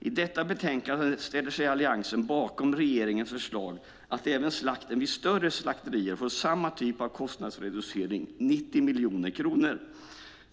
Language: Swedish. I detta betänkande ställer sig Alliansen bakom regeringens förslag att även slakten vid större slakterier ska få samma typ av kostnadsreducering, 90 miljoner kronor.